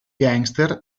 gangster